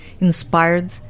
Inspired